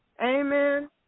Amen